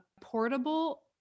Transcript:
portable